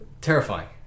Terrifying